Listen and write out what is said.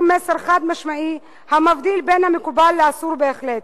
מסר חד-משמעי המבדיל בין המקובל לאסור בהחלט,